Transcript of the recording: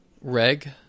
reg